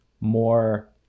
more